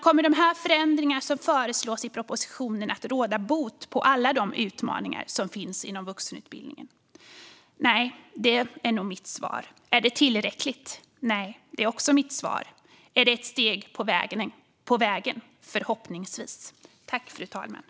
Kommer de förändringar som föreslås i propositionen att råda bot på alla de utmaningar som finns inom vuxenutbildningen? Mitt svar är nog nej. Är det tillräckligt? Mitt svar på detta är också nej. Är det ett steg på vägen? Förhoppningsvis är det det.